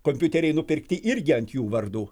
kompiuteriai nupirkti irgi ant jų vardų